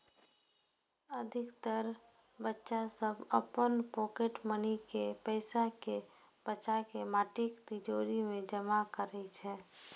अधिकतर बच्चा सभ अपन पॉकेट मनी के पैसा कें बचाके माटिक तिजौरी मे जमा करै छै